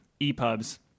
EPUBs